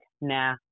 nah